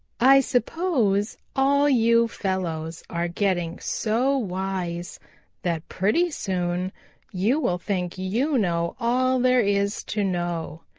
i suppose all you fellows are getting so wise that pretty soon you will think you know all there is to know.